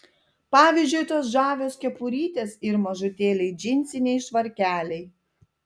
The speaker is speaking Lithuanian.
pavyzdžiui tos žavios kepurytės ir mažutėliai džinsiniai švarkeliai